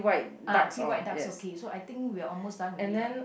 ah three white ducks okay so I think we're almost done with it right